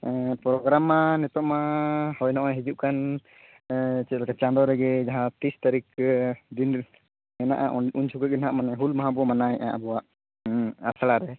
programme ᱢᱟ ᱱᱤᱛᱚᱜ ᱢᱟ ᱦᱳᱭ ᱱᱚᱜᱼᱚᱭ ᱦᱤᱡᱩᱜ ᱠᱟᱱ ᱪᱮᱫ ᱞᱮᱠᱟ ᱪᱟᱸᱫᱳ ᱨᱮᱜᱮ ᱡᱟᱦᱟᱸ ᱛᱤᱨᱤᱥ ᱛᱟᱹᱨᱤᱠ ᱫᱤᱱ ᱦᱮᱱᱟᱜᱼᱟ ᱩᱱ ᱡᱚᱠᱷᱚᱱ ᱜᱮᱱᱟᱦᱟᱜ ᱢᱟᱱᱮ ᱦᱩᱞ ᱢᱟᱦᱟ ᱵᱚᱱ ᱢᱟᱱᱟᱣᱭᱮᱜᱼᱟ ᱟᱵᱚᱣᱟᱜ ᱟᱥᱲᱟᱨᱮ